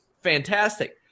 fantastic